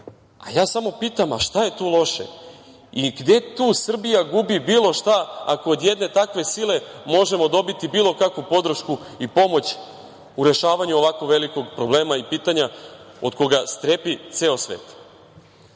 samo pitam – šta je tu loše i gde tu Srbija gubi bilo šta ako od jedne takve sile možemo dobiti bilo kakvu podršku i pomoć u rešavanju ovako velikog problema i pitanja od koga strepi ceo svet? Neko